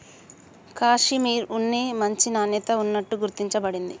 కాషిమిర్ ఉన్ని మంచి నాణ్యత ఉన్నట్టు గుర్తించ బడింది